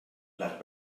les